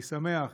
אני שמח